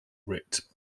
writ